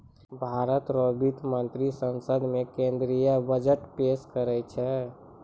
भारत रो वित्त मंत्री संसद मे केंद्रीय बजट पेस करै छै